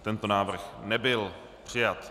Tento návrh nebyl přijat.